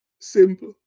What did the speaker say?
Simple